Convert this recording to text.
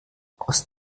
aus